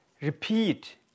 Repeat